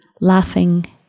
laughing